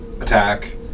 attack